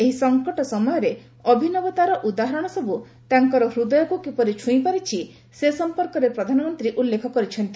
ଏହି ସଂକଟ ସମୟରେ ଅଭିନବତାର ଉଦାହରଣ ସବୁ ତାଙ୍କର ହୃଦୟକୁ କିପରି ଛୁଇଁପାରିଛି ସେ ସଂପର୍କରେ ପ୍ରଧାନମନ୍ତ୍ରୀ ଉଲ୍ଲେଖ କରିଛନ୍ତି